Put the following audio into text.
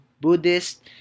Buddhist